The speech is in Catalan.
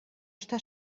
està